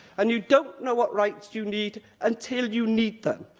and you don't know what rights you need until you need them.